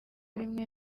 rimwe